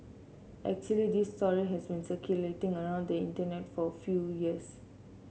actually this story has been circulating around the Internet for a few years